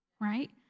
right